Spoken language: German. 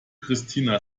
christina